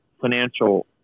financial